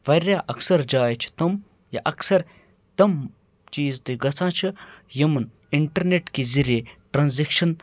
واریاہ اَکثَر جاے چھِ تِم یا اَکثَر تِم چیٖز تہِ گَژھان چھِ یِمَن اِنٹَرنٮ۪ٹ کہِ ذٔریعہِ ٹرانزیکشَن